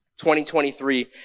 2023